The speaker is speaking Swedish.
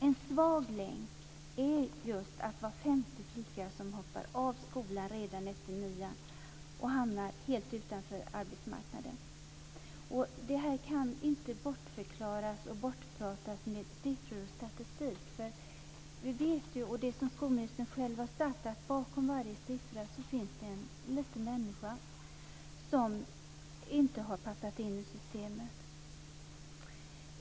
En svag länk är just att var femte flicka som hoppar av skolan redan efter nian hamnar helt utanför arbetsmarknaden. Det här kan inte bortförklaras med siffror och statistik. Skolministern har ju själv sagt att bakom varje siffra finns det en liten människa som inte har passat in i systemet.